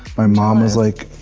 my mom was, like,